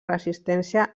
resistència